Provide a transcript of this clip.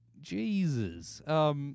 Jesus